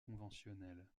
conventionnel